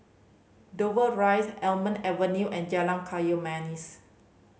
Dover Drive Almond Avenue and Jalan Kayu Manis